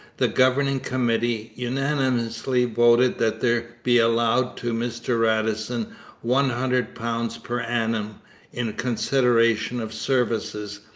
the governing committee unanimously voted that there be allowed to mr radisson one hundred pounds per annum in consideration of services,